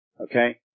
Okay